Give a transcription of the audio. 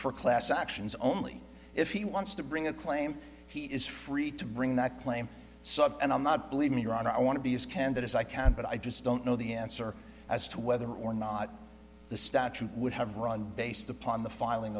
for class actions only if he wants to bring a claim he is free to bring that claim sub and i'm not believing your honor i want to be as candid as i can but i just don't know the answer as to whether or not the statute would have run based upon the filing